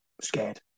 scared